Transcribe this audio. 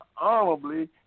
honorably